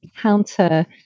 counter